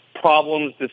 problems